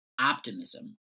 optimism